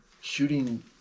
shooting